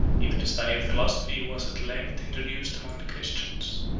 even the study of philosophy was at length introduced among the christians,